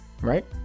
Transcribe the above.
Right